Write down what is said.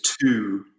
two